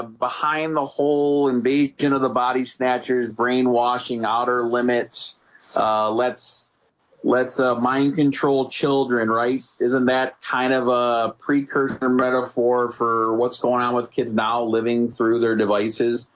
um behind the whole invasion of the body snatchers brainwashing outer limits let's let's ah mind-control children, right? isn't that kind of a precursor metaphor for what's going on with kids now living through their devices?